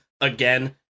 again